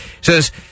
says